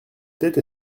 tête